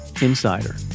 insider